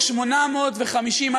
מ-850,